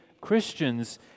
Christians